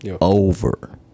over